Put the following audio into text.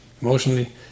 emotionally